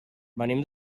venim